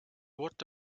what